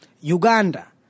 Uganda